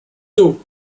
two